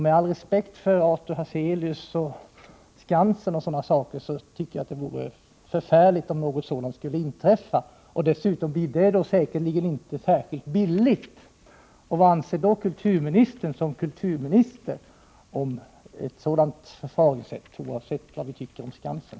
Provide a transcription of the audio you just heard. Med all respekt för Artur Hazelius och Skansen, tycker jag att det vore förfärligt om något sådant skulle inträffa. Det skulle dessutom säkerligen inte bli särskilt billigt. Vad anser kulturministern, som kulturminister, om ett sådant förfaringssätt — oavsett vad han tycker om Skansen?